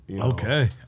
Okay